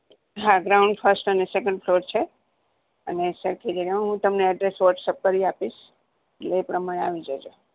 હા ground first અને second floor છે અને સરખેજ એરિયા હું તમને એડ્રેસ વ્હોટસપ કરી આપીશ એટલે એ પ્રમાણે આવી જજો